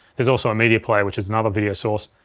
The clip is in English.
there's also a media player which is another video source.